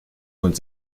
lohnt